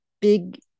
big